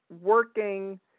working